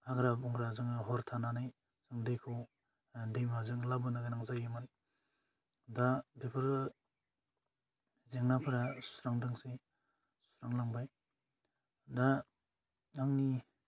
हाग्रा बंग्रा जोङो हर थानानै दैखौ दैमाजों लाबोनो गोनां जायोमोन दा बेफोरो जेंनाफोरा सुस्रांदोंसै जामलांबाय दा आंनि